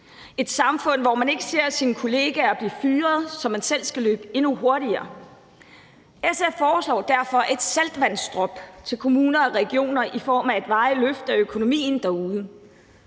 et samfund, hvor man ikke ser sine kollegaer blive fyret, så man selv skal løbe endnu hurtigere. SF foreslår derfor et saltvandsdrop til kommuner og regioner i form af et varigt løft af økonomien derude